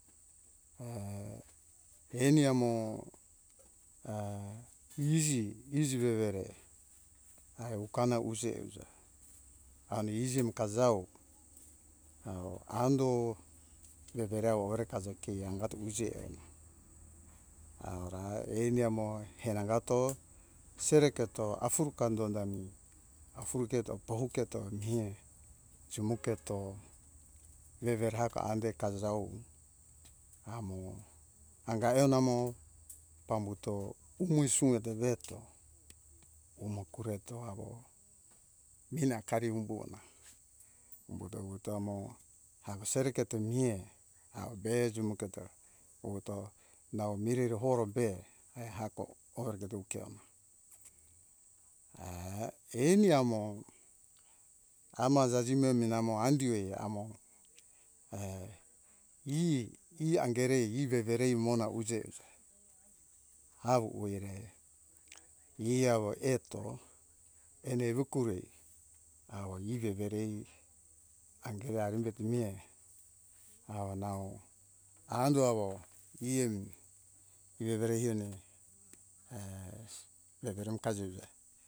Ha eni amo iji- iji vevere ai ukana ujeuja. Ami iji ami kajau awo ando vevere awo overeka ja ue awo eona. Eni awo hena hagato sereketo afurukari dondami afuruketo pohuketo haco vevere andoai kajau amo agaeonamo pambuto umoi suieto veto umo kureto awo mine akari humbuona, humbuto vuvuto amo sereketo mihene awo be jimoketo wuto nau miheri horope ai overeketo ukeona. A ah eni amo ama jajemo amo andioi eh i hangerei i vevere mohona uje euja. awo oire i awo eto ehene evecoroi awo i veverei hangerei arumbeto mihe awo nau ando awo i veverei heone eh vevere kajeuja